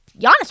Giannis